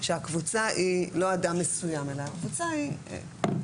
שהקבוצה היא לא אדם מסוים אלא הקבוצה היא אנשים,